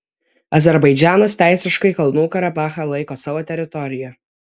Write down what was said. azerbaidžanas teisiškai kalnų karabachą laiko savo teritorija